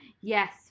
Yes